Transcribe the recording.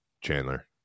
chandler